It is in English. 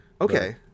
Okay